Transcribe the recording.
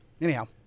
Anyhow